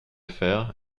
faire